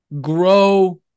grow